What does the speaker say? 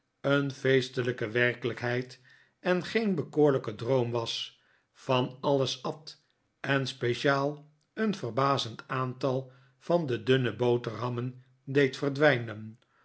een feestelijke werkelijkheid en geen bekoorlijke droom was van alles at en speciaal een verbazend aantal van de dunne taoterhammen deed verdwijnen